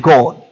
God